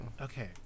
Okay